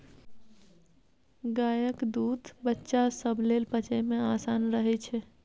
गायक दूध बच्चा सब लेल पचइ मे आसान रहइ छै